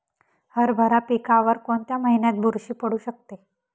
हरभरा पिकावर कोणत्या महिन्यात बुरशी पडू शकते?